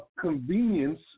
convenience